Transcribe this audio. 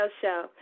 Show